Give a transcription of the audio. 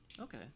Okay